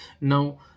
Now